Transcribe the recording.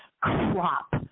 crop